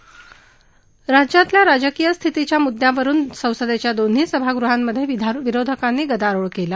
महाराष्ट्रातल्या राजकीय स्थितीच्या मुद्यावरून संसदेच्या दोन्ही सभागृहांमधे विरोधकांनी गदारोळ केला